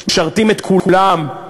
הם משרתים את כולם,